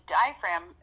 diaphragm